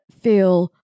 feel